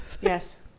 Yes